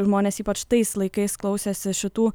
žmonės ypač tais laikais klausėsi šitų